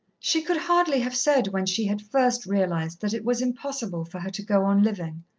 she could hardly have said when she had first realized that it was impossible for her to go on living.